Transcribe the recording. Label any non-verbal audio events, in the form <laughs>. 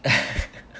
<laughs>